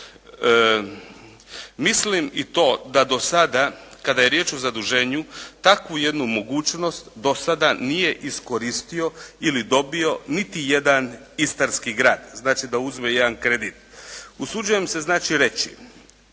Milim i to da do sada kada je riječ o zaduženju, takvu jednu mogućnost do sada nije iskoristio ili dobio niti jedan istarski grad. Znači da uzme jedan kredit. Usuđujem se znači reći,